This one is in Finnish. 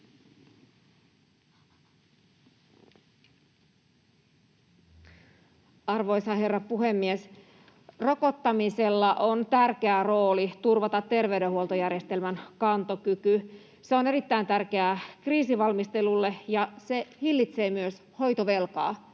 Arvoisa herra puhemies! Rokottamisella on tärkeä rooli turvata terveydenhuoltojärjestelmän kantokyky. Se on erittäin tärkeää kriisivalmiudelle, ja se hillitsee myös hoitovelkaa,